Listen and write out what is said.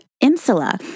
insula